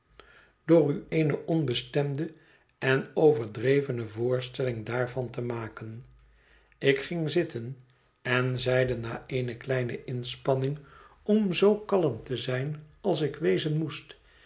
door u eene onbestemde en overdrevene voorstelling daarvan te maken ik ging zitten en zeide na eene kleine inspanning om zoo kalm te zijn als ik wezen moest